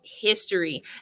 history